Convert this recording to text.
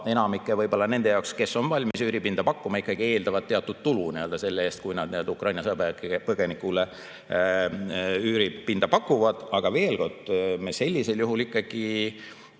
enamik nendest, kes on valmis üüripinda pakkuma, ikkagi eeldab teatud tulu selle eest, kui nad Ukraina sõjapõgenikule üüripinda pakuvad. Aga veel kord: me sellisel juhul ikkagi